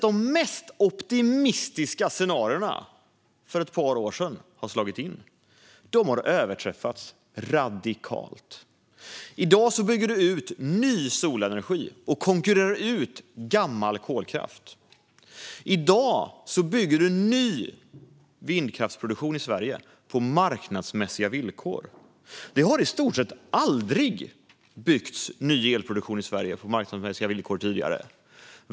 De mest optimistiska scenarierna för ett par år sedan har inte bara slagit in - de har överträffats radikalt! I dag bygger vi ut ny solenergi och konkurrerar ut gammal kolkraft. I dag bygger vi ny vindkraftsproduktion i Sverige på marknadsmässiga villkor. Det har i stort sett aldrig byggts ny elproduktion i Sverige på marknadsmässiga villkor tidigare.